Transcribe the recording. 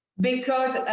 because